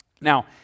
now